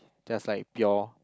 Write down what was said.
just like pure